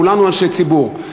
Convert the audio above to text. כולנו אנשי ציבור,